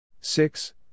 Six